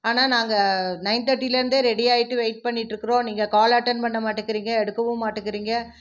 ஆனா நாங்கள் நைன் தேர்ட்டிலேருந்தே ரெடி ஆகிட்டு வெயிட் பண்ணிட்டு இருக்கிறோம் நீங்கள் கால் அட்டன் பண்ண மாட்டங்குறீங்க எடுக்கவும் மாட்டங்குறீங்க